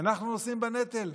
אנחנו נושאים בנטל?